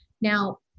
Now